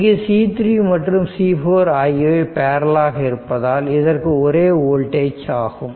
இங்கு C3 மற்றும் C4 ஆகியவை பேரலல் ஆக இருப்பதால் இதற்கு ஒரே வோல்டேஜ் ஆகும்